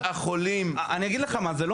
כל החולים --- אני אגיד לך מה זה לא